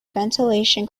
ventilation